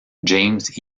james